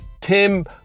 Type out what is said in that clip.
Tim